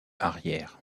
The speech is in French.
arrière